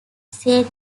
said